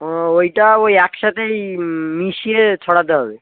ও ওইটা ওই একসাথেই মিশিয়ে ছড়াতে হবে